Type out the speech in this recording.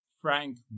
Frank